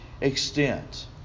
extent